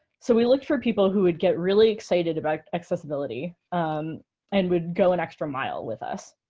so we looked for people who would get really excited about accessibility and would go an extra mile with us.